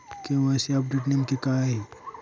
KYC update नेमके काय आहे?